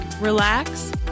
relax